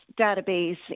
database